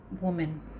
woman